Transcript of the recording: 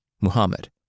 Muhammad